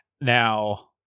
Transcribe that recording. Now